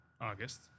August